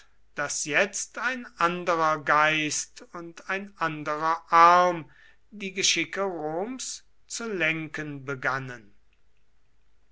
daß jetzt ein anderer geist und ein anderer arm die geschicke roms zu lenken begannen